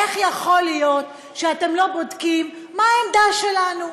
איך יכול להיות שאתם לא בודקים מה העמדה שלנו?